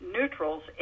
neutrals